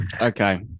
Okay